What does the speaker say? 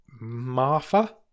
Martha